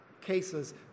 cases